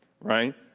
Right